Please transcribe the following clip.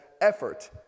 effort